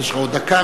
אז יש לך עוד דקה.